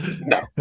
No